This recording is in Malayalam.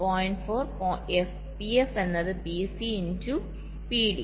4 PF എന്നത് PC ഇൻ ടു PD 0